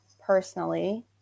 personally